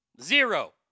Zero